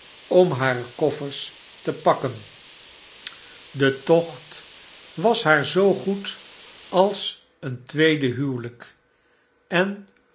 om hare koffers te pakken de tocht een huis te huuk was baar zoo goed als een tweede huwelp en